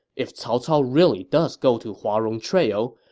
if cao cao really does go to huarong trail,